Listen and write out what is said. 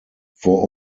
vor